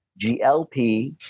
GLP